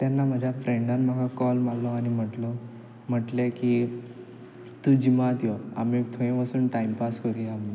तेन्ना म्हज्या फ्रँडान म्हाका कॉल मारलो आनी म्हटलो म्हटलें की तूं जिमांत यो आमी थंय वसोन टायमपास करुया म्हुणून